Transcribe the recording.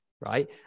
right